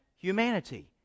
humanity